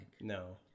No